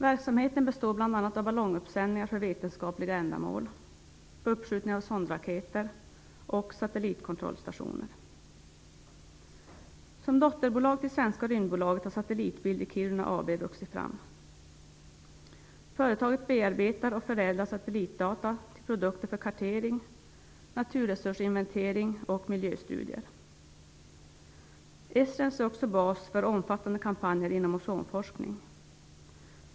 Verksamheten består bl.a. av ballonguppsändningar för vetenskapliga ändamål, uppskjutning av sondraketer och satellitkontrollstationer. Satellitbild i Kiruna AB vuxit fram. Företaget bearbetar och förädlar satellitdata till produkter för kartering, naturresursinventering och miljöstudier. Esrange är också bas för omfattande kampanjer inom ozonforskning.